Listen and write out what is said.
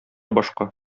башка